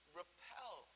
repel